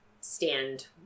stand